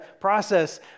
process